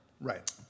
Right